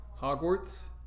Hogwarts